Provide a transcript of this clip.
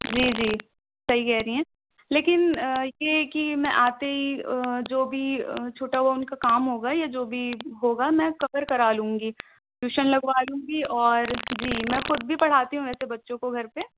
جی جی صحیح کہہ رہی ہیں لیکن یہ ہے کہ میں آتے ہی جو بھی چھٹا ہوا ان کا کام ہوگا یا جو بھی ہوگا میں کور کرا لوں گی ٹیوشن لگوا لوں گی اور جی میں خود بھی پڑھاتی ہوں ویسے بچوں کو گھر پہ